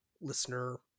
listener